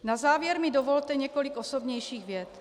Na závěr mi dovolte několik osobnějších vět.